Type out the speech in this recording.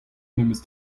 memes